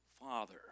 father